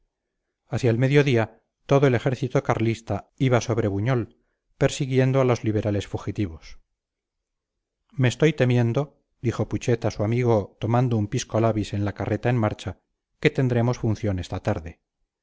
hacia el mediodía todo el ejército carlista iba sobre buñol persiguiendo a los liberales fugitivos me estoy temiendo dijo putxet a su amigo tomando un piscolabis en la carreta en marcha que tendremos función esta tarde